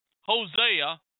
Hosea